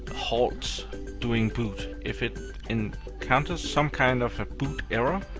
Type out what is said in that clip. halts during boot. if it and encounters some kind of a boot error,